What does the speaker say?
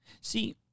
See